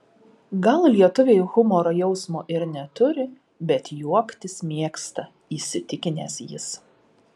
gal lietuviai humoro jausmo ir neturi bet juoktis mėgsta įsitikinęs jis